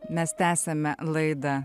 mes tęsiame laidą